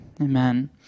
Amen